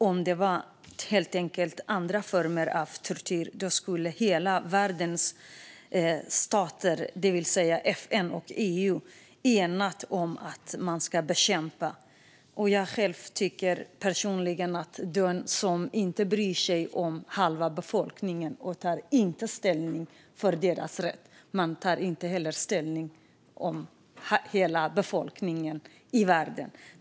Om det handlade om andra former av tortyr skulle hela världens stater, och FN och EU, enas om att bekämpa det. Jag själv tycker att den som inte bryr sig om halva befolkningen och som inte tar ställning för dess rätt heller inte tar ställning för hela befolkningen i världen.